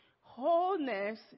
Wholeness